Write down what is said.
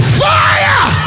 fire